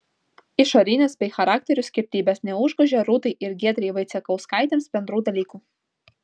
išorinės bei charakterių skirtybės neužgožia rūtai ir giedrei vaicekauskaitėms bendrų dalykų